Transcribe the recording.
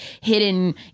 hidden